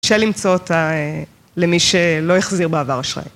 קשה למצוא אותה למי שלא בחזיר בעבר אשראי.